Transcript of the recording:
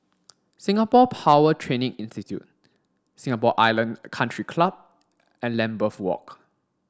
Singapore Power Training Institute Singapore Island Country Club and Lambeth Walk